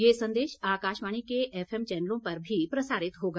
ये संदेश आकाशवाणी के एफएम चैनलों पर भी प्रसारित होगा